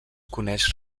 coneix